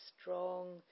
strong